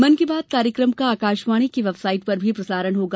मन की बात कार्यक्रम का आकाशवाणी की वेबसाइट पर भी प्रसारण होगा